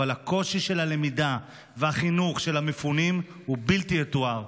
אבל הקושי של הלמידה והחינוך של המפונים הוא בלתי יתואר.